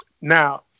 now